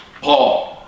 paul